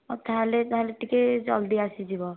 ହଉ ତା'ହେଲେ ତା'ହେଲେ ଟିକିଏ ଜଲ୍ଦି ଆସିଯିବ